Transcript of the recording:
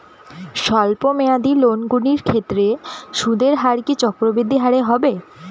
স্বল্প মেয়াদী লোনগুলির ক্ষেত্রে সুদের হার কি চক্রবৃদ্ধি হারে হবে?